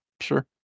sure